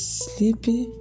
sleepy